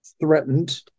Threatened